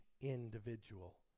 individual